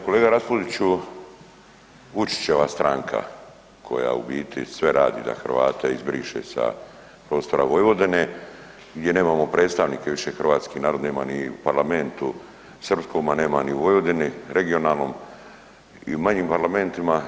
Kolega Raspudiću, Vučićeva stranka koja u biti sve radi da Hrvate izbriše sa prostora Vojvodine, gdje nemamo predstavnike više, hrvatski narod nema ni parlament u srpskom, a nema ni u Vojvodini, regionalnom i u manjim parlamentima.